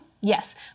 Yes